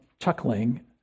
chuckling